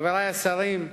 חברי השרים,